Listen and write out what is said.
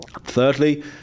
Thirdly